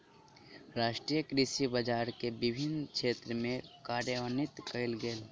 राष्ट्रीय कृषि बजार के विभिन्न क्षेत्र में कार्यान्वित कयल गेल